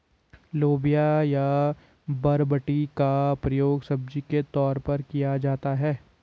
लोबिया या बरबटी का प्रयोग सब्जी के तौर पर किया जाता है